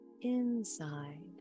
inside